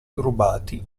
rubati